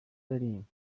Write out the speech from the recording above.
داریم